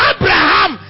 Abraham